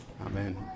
amen